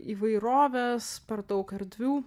įvairovės per daug erdvių